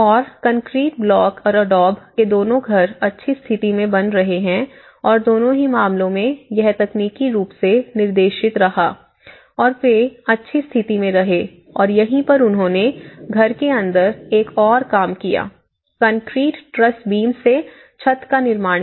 और concrete block और adobe के दोनों घर अच्छी स्थिति में बने रहे और दोनों ही मामलों में यह तकनीकी रूप से निर्देशित रहा और वे अच्छी स्थिति में रहे और यहीं पर उन्होंने घर के अंदर एक और काम किया कंक्रीट ट्रस बीम से छत का निर्माण किया